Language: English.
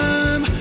Time